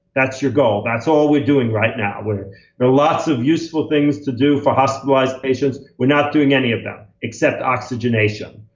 that's your goal. that's all we're doing right now. we're, there are lots of useful things to do for hospitalized patients, we're not doing any of them except oxygenation.